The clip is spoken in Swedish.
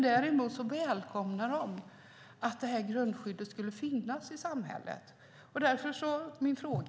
Däremot välkomnar de att detta grundskydd finns i samhället. Därför ställer jag min fråga.